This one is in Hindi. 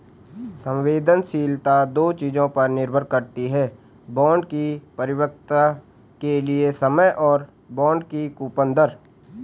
संवेदनशीलता दो चीजों पर निर्भर करती है बॉन्ड की परिपक्वता के लिए समय और बॉन्ड की कूपन दर